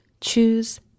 choose